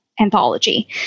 anthology